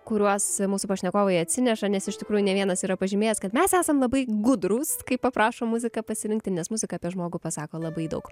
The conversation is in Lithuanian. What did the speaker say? kuriuos mūsų pašnekovai atsineša nes iš tikrųjų ne vienas yra pažymėjęs kad mes esam labai gudrūs kai paprašom muziką pasirinkti nes muzika apie žmogų pasako labai daug